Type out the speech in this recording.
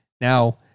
now